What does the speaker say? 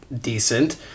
decent